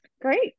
Great